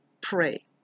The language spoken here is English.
pray